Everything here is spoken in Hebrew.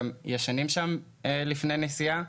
גם ישנים שם לפני נסיעה.